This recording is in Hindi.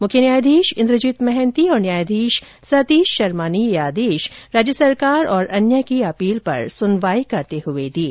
मुख्य न्यायाधीश इन्द्रजीत महांति और न्यायाधीश सतीश शर्मा ने यह आदेश राज्य सरकार और अन्य की अपील पर सुनवाई करते हुए दिए